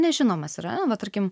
nežinomas yra va tarkim